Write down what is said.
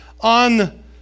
on